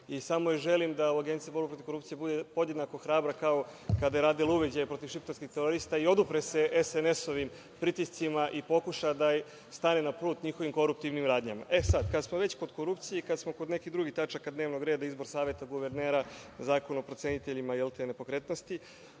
Samo joj želim da u Agenciji za borbu protiv korupcije bude podjednako hrabra kao i kada je radila uviđaje protiv šiptarskih terorista i odupre se SNS-ovim pritiscima i pokuša da stane na put njihovim koruptivnim radnjama. Kad smo već kod korupcije i kad smo kod nekih drugih tačaka dnevnog reda, izbor saveta guvernera, Zakon o proceniteljima nepokretnosti,